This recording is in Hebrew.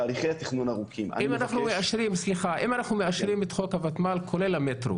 תהליך התכנון של שני קווי מטרו